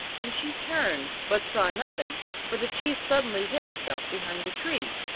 and she turned, but saw nothing, for the chief suddenly hid himself behind a tree.